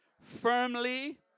firmly